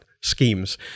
schemes